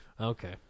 Okay